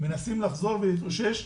אנחנו מנסים לחזור ולהתאושש,